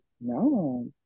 no